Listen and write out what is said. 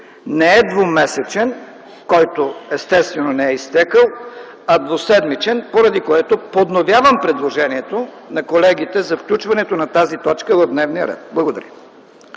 не е двумесечен, който естествено не е изтекъл, а двуседмичен, поради което подновявам предложението на колегите за включването на тази точка в дневния ред. Благодаря.